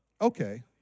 okay